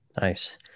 Nice